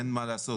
אין מה לעשות.